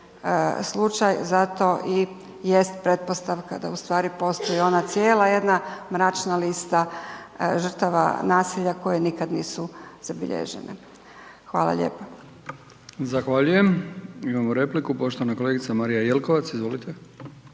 slučaj, zato i jest pretpostavka da u stvari postoji ona cijela jedna mračna lista žrtava nasilja koje nikad nisu zabilježene. Hvala lijepo. **Brkić, Milijan (HDZ)** Zahvaljujem. Imamo repliku poštovana kolegica Marija Jelkovac, izvolite.